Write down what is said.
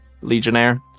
Legionnaire